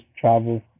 travel